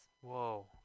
Whoa